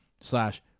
slash